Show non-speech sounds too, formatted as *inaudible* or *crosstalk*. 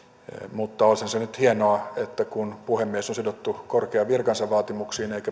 mutta olisihan se nyt hienoa että kun puhemies on sidottu korkean virkansa vaatimuksiin eikä *unintelligible*